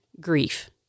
grief